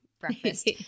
breakfast